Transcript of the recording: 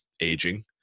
aging